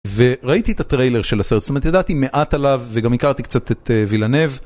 וראיתי את הטריילר של הסרט, זאת אומרת, ידעתי מעט עליו וגם הכרתי קצת את וילנב.